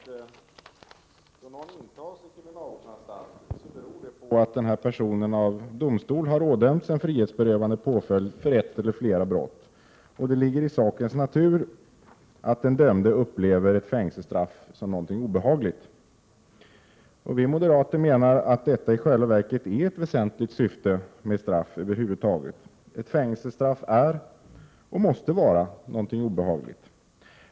När någon intas på kriminalvårdsanstalt beror det på att personen i fråga av domstol har ådömts påföljd för ett eller flera brott. Det ligger i sakens natur att den dömde upplever ett fängelsestraff som något obehagligt. Vi moderater menar att detta i själva verket är ett väsentligt syfte med straff över huvud taget. Ett fängelsestraff är — och måste vara — någonting obehagligt.